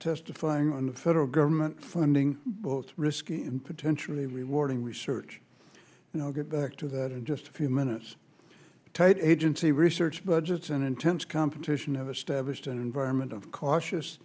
testifying on the federal government funding it's risky and potentially rewarding research and i'll get back to that in just a few minutes tight agency research budgets and intense competition have established an environment of cautious